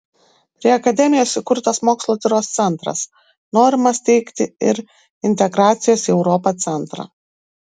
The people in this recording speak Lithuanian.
prie akademijos įkurtas mokslotyros centras norima steigti ir integracijos į europą centrą